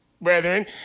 brethren